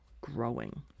growing